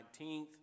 19th